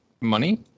money